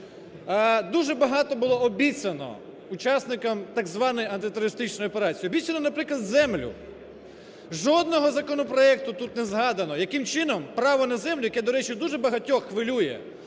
Дуже багато було обіцяно учасникам так званої антитерористичної операції, обіцяно, наприклад, землю, жодного законопроекту тут не згадано, яким чином право на землю, яке, до речі, дуже багатьох хвилює,